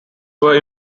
were